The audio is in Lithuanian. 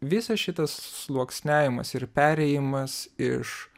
visas šitas sluoksniavimas ir perėjimas iš